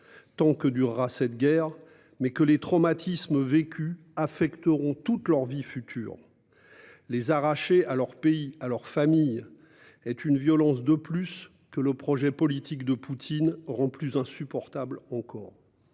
tant que durera cette guerre -, mais aussi toute leur vie future. Les arracher à leur pays et à leur famille est une violence de plus, que le projet politique de Poutine rend plus insupportable encore.